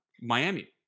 Miami